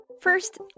First